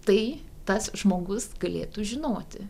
tai tas žmogus galėtų žinoti